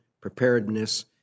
preparedness